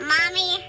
Mommy